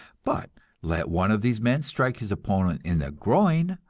but let one of these men strike his opponent in the groin,